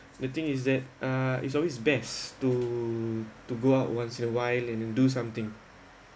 the thing is that uh is always best to to go out once in a while and do something